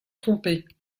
tromper